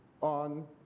on